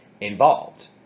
involved